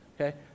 Okay